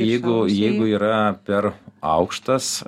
jeigu jeigu yra per aukštas